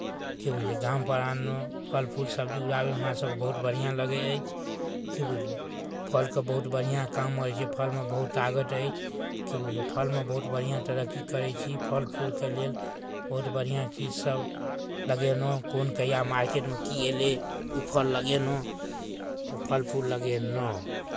कि बुझलिए गामपर आनलहुँ फलफूल सब्जी उपजाबैमे हमरासभके बहुत बढ़िआँ लगै अछि कि बुझलिए फलके बहुत बढ़िआँ काम होइ छै फलमे बहुत ताकत अछि कि बुझलिए फलमे बहुत बढ़िआँ तरक्की करै छी फलफूलके लेल बहुत बढ़िआँ चीजसब लगेलहुँ कोन कहिआ मार्केटमे कि अएलै ओ फल लगेलहुँ तऽ फलफूल लगेलहुँ